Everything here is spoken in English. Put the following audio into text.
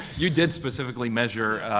you did specifically measure,